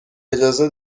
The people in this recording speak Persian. اجازه